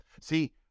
See